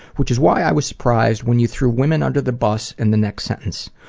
which is why i was surprised when you threw women under the bus in the next sentence.